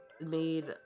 made